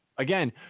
Again